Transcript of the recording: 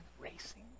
racing